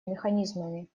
механизмами